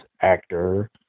actor